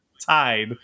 tied